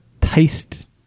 taste